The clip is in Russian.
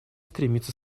стремиться